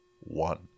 one